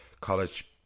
college